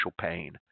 pain